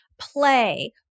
Play